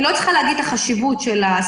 אני לא צריכה לדבר על החשיבות בזכות